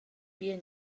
bien